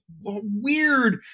Weird